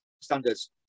standards